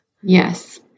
Yes